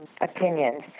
opinions